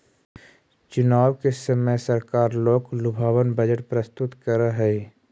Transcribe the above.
चुनाव के समय सरकार लोकलुभावन बजट प्रस्तुत करऽ हई